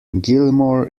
gilmore